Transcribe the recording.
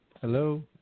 Hello